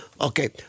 Okay